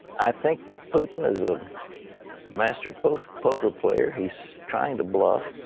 i think that putin is a master poker poker player. he is trying to bluff.